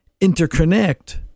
interconnect